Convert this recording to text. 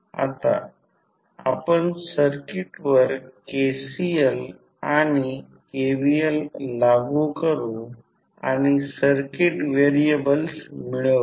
आता आपण सर्किटवर KCL आणि KVL लागू करू आणि सर्किट व्हेरिएबल्स मिळवू